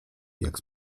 jak